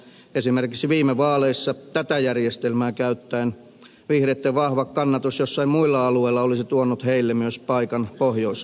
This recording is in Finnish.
esimerkiksi viime vaaleissa tätä järjestelmää käyttäen vihreitten vahva kannatus joissakin muilla alueilla olisi tuonut heille myös paikan pohjois karjalassa